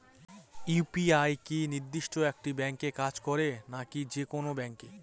UPI কি নির্দিষ্ট একটি ব্যাংকে কাজ করে নাকি যে কোনো ব্যাংকে?